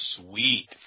sweet